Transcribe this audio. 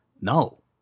No